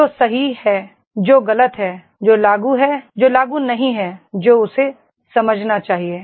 जो सही है जो गलत है जो लागू है जो लागू नहीं है जो उसे समझना चाहिए